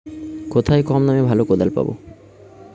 কোথায় কম দামে ভালো কোদাল পাব?